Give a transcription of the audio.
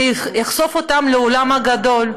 זה יחשוף אותם לעולם הגדול.